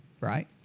right